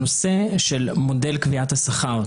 הנושא של מודל קביעת השכר,